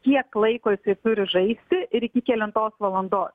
kiek laiko jisai turi žaisti ir iki kelintos valandos